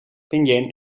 pinyin